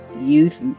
youth